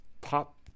pop